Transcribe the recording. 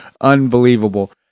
Unbelievable